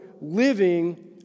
living